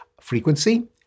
frequency